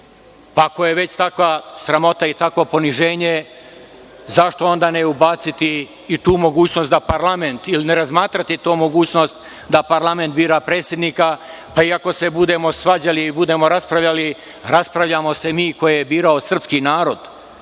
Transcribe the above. sati. Ako je već takva sramota i takvo poniženje zašto onda ne ubaciti i tu mogućnost da parlament ili ne razmatrati tu mogućnost da parlament bira predsednika, pa i ako se budemo svađali i budemo raspravljali, raspravljamo se mi koje je birao srpski narod,